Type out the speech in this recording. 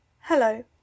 Hello